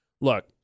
look